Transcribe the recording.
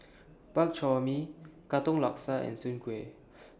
Bak Chor Mee Katong Laksa and Soon Kueh